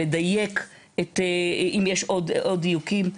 לדייק אם יש עוד דיוקים,